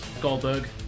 Goldberg